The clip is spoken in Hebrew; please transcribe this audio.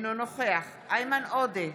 אינו נוכח איימן עודה,